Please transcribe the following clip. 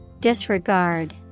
Disregard